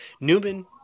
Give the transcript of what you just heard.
Newman